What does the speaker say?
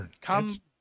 come